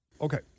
Okay